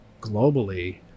globally